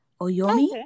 Oyomi